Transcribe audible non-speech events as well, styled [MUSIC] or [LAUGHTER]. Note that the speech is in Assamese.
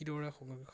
[UNINTELLIGIBLE]